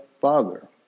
Father